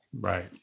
Right